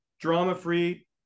drama-free